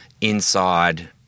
inside